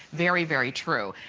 very very true.